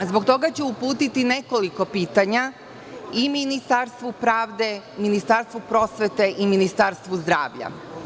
Zbog toga ću uputiti nekoliko pitanja i Ministarstvu pravde, Ministarstvu prosvete i Ministarstvu zdravlja.